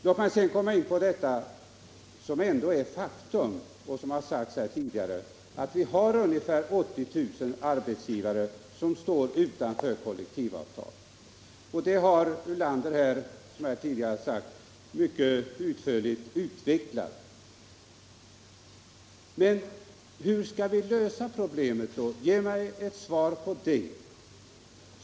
Låt mig sedan komma in på detta som ändå är faktum: ca 80 000 arbetsgivare står utanför kollektivavtal. Herr Ulander har, som tidigare sagts, utvecklat detta mycket utförligt. Hur skall vi lösa det problemet? Ge mig ett svar på det!